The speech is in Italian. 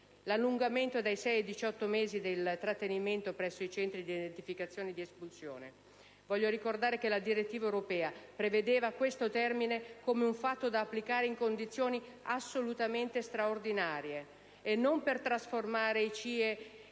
all'allungamento da 6 a 18 mesi del trattenimento presso i Centri di identificazione ed espulsione, voglio ricordare che la direttiva europea prevedeva questo termine come un fatto da applicare in condizioni assolutamente straordinarie, e non per trasformare i CIE in luoghi dove